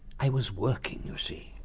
i was working, you see.